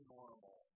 normal